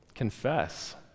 Confess